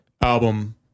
album